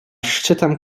szczytem